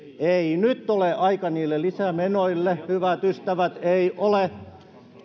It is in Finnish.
ei nyt ole aika niille lisämenoille hyvät ystävät ei ole